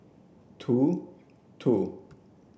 two